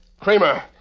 Kramer